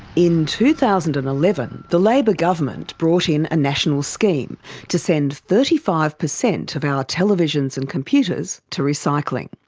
in two thousand and eleven the labor government brought in a national scheme to send thirty five percent of our televisions and computers to recycling.